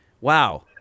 Wow